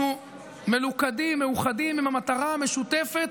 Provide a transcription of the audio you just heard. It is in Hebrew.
אנחנו מלוכדים, מאוחדים עם המטרה המשותפת,